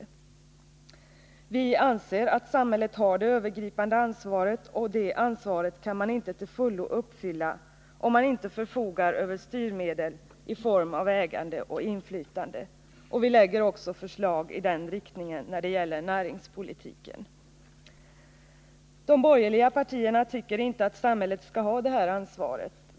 Vi anser att samhället har det övergripande ansvaret, och det ansvaret kan man inte till fullo uppfylla om man inte förfogar över styrmedel i form av ägande och inflytande. Vi lägger också fram förslag i den riktningen när det gäller näringspolitiken. De borgerliga partierna tycker inte att samhället skall ha det här ansvaret.